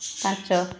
ପାଞ୍ଚ